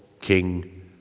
king